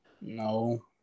No